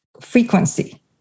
frequency